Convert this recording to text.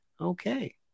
Okay